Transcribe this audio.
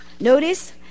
notice